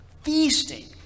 Feasting